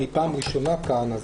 אני פעם ראשונה כאן,